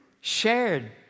shared